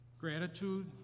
Gratitude